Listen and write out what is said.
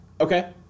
Okay